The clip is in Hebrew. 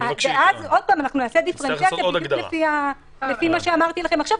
אז נעשה דיפרנציאציה בדיוק לפי מה שאמרתי לכם עכשיו.